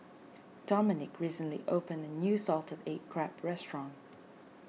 Domenick recently opened a new Salted Egg Crab restaurant